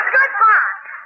Goodbye